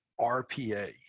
RPA